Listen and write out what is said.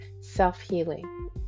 self-healing